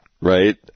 right